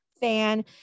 Fan